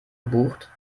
gebucht